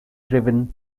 driven